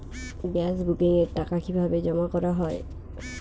Gas বুকিংয়ের টাকা কিভাবে জমা করা হয়?